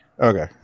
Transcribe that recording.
Okay